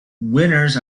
winners